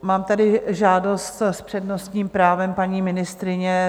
Mám tady žádost s přednostním právem paní ministryně.